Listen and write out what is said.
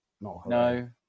No